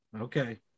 Okay